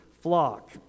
flock